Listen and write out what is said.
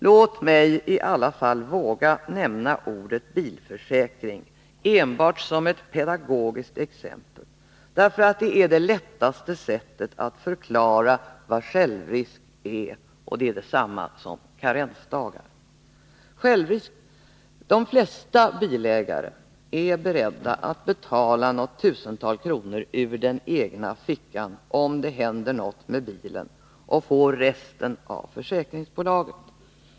Låt mig i alla fall våga nämna ordet bilförsäkring, enbart för att ge ett pedagogiskt exempel. Det är det lättaste sättet att förklara vad självrisk är och att det är detsamma som karensdagar. De flesta bilägare är beredda att betala något tusental kronor ur den egna fickan, om det händer något med bilen, och få resten av försäkringsbolaget.